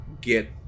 get